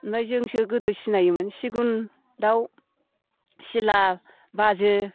ओमफ्राय जोंसो गोदो सिनायोमोन सिगुन दाउ सिला बाजो